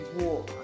war